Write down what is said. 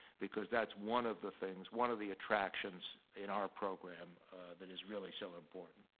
because that's one of the things, one of the attractions in our program that is really so important.